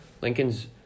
Lincoln's